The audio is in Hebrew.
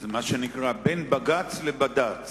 זה מה שנקרא בין בג"ץ לבד"ץ.